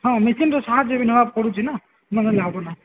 ହଁ ମେସିନ୍ର ସାହାଯ୍ୟ ବି ନେବାକୁ ପଡ଼ୁଛି ନା ନ ହେଲେ ଲାଭ ନାହିଁ